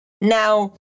Now